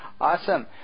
Awesome